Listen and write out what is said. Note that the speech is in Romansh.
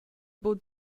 buca